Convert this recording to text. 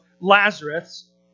Lazarus